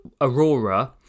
Aurora